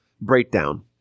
breakdown